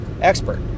expert